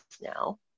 now